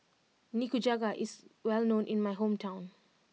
Nikujaga is well known in my hometown